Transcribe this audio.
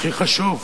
הכי חשוב,